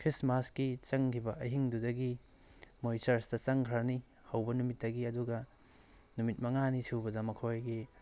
ꯈ꯭ꯔꯤꯁꯃꯥꯁꯀꯤ ꯆꯪꯒꯤꯕ ꯑꯍꯤꯡꯗꯨꯗꯒꯤ ꯃꯣꯏ ꯆꯔꯆꯇ ꯆꯪꯈ꯭ꯔꯅꯤ ꯍꯧꯕ ꯅꯨꯃꯤꯠꯇꯒꯤ ꯑꯗꯨꯒ ꯅꯨꯃꯤꯠ ꯃꯉꯥꯅꯤ ꯁꯨꯕꯗ ꯃꯈꯣꯏꯒꯤ